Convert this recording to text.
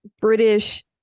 British